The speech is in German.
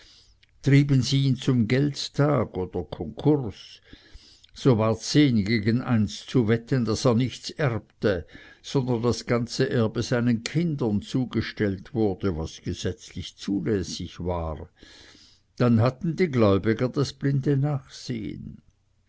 trieben sie ihn zum geltstag oder konkurs so war zehn gegen eins zu wetten daß er nichts erbte sondern das ganze erbe seinen kindern zugestellt wurde was gesetzlich zulässig war dann haben die gläubiger das blinde nachsehen